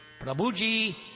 Prabhuji